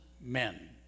men